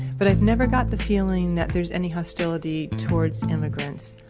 but i've never got the feeling that there's any hostility towards immigrants.